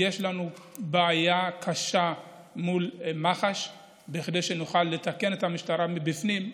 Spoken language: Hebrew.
יש לנו בעיה קשה מול מח"ש כדי שנוכל לתקן את המשטרה מבפנים.